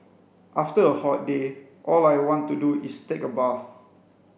after a hot day all I want to do is take a bath